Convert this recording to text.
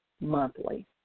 monthly